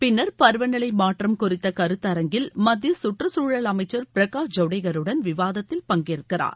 பின்னர் பருவநிலை மாற்றம் குறித்த கருத்தரங்கில் மத்திய கற்றுசூழல் அமைச்சர் பிரகாஷ் ஜவடேகருடன் விவாதத்தில் பங்கேற்கிறார்